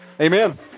Amen